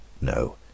no